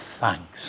thanks